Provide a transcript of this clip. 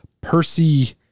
Percy